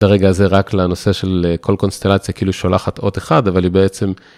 ברגע הזה רק לנושא של כל קונסטלציה, כאילו שולחת עוד אחד, אבל היא בעצם...